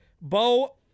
Bo